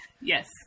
Yes